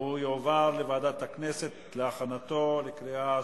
לוועדת הכנסת נתקבלה.